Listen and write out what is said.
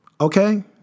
Okay